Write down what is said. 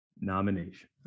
nomination